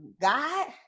God